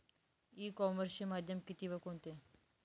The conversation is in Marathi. ई कॉमर्सचे माध्यम किती व कोणते?